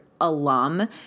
alum